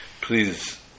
Please